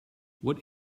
what